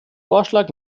vorschlag